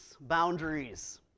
boundaries